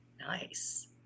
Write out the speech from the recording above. Nice